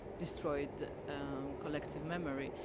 destroyed collective memory.